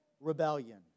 rebellion